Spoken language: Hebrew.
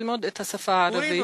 ללמוד את השפה הערבית.